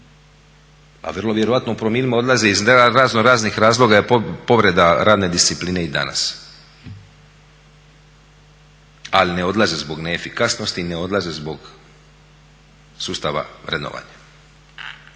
a vrlo vjerojatno u promilima odlaze iz razno raznih razloga je povreda radne discipline i danas. Ali ne odlaze zbog neefikasnosti i ne odlaze zbog sustava vrednovanja